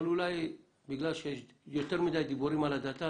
אולי בגלל שיש יותר מדי דיבורים על הדתה,